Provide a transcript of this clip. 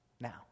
now